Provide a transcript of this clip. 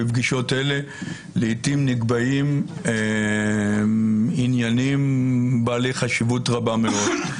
ובפגישות אלה לעתים נקבעים עניינים בעלי חשיבות רבה מאוד.